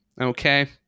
okay